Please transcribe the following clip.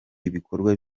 ibikorwa